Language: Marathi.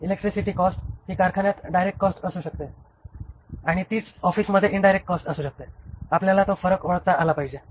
इलेक्ट्रिसिटी कॉस्ट हि कारखान्यात डायरेक्ट कॉस्ट असू शकते आणि तीच ऑफिस मध्ये इन्डायरेक्ट कॉस्ट असू शकते आपल्याला तो फरक ओळखता आला पाहिजे